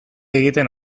egiten